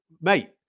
mate